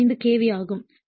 5 KV ஆகும்